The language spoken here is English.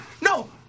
no